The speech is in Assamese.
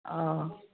অঁ